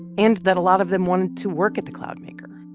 and that a lot of them wanted to work at the cloud maker